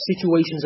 situations